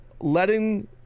letting